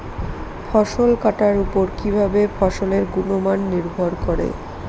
ফসল কাটার উপর কিভাবে ফসলের গুণমান নির্ভর করে?